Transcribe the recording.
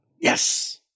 Yes